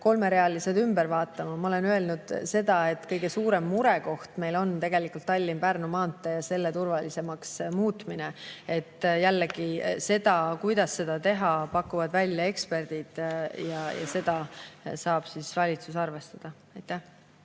kolmerealised ümber vaatama. Ma olen öelnud seda, et kõige suurem murekoht on meil tegelikult Tallinna–Pärnu maantee ja selle turvalisemaks muutmine. Aga jällegi, seda, kuidas seda teha, pakuvad välja eksperdid, ja seda saab valitsus arvestada.